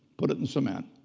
put it in cement,